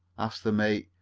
asked the mate.